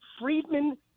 Friedman